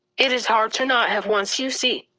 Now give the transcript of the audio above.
it is hard to not have once you see.